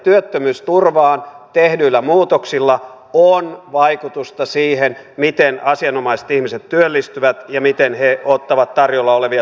työttömyysturvaan tehdyillä muutoksilla on vaikutusta siihen miten asianomaiset ihmiset työllistyvät ja miten he ottavat tarjolla olevia työpaikkoja vastaan